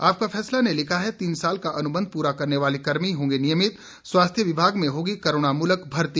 आपका फैसला ने लिखा है तीन साल का अनुबंध पूरा करने वाले कर्मी होंगे नियमित स्वास्थ्य विभाग में होगी करुणामूलक भर्ती